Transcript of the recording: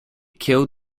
killed